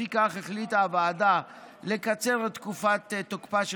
לפיכך החליטה הוועדה לקצר את תקופת תוקפה של